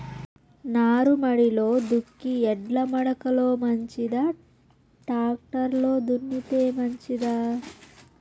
నారుమడిలో దుక్కి ఎడ్ల మడక లో మంచిదా, టాక్టర్ లో దున్నితే మంచిదా?